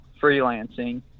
freelancing